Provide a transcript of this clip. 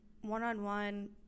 one-on-one